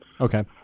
okay